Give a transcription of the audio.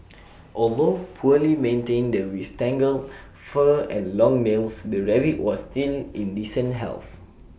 although poorly maintained with tangled fur and long nails the rabbit was still in decent health